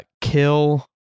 kill